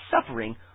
suffering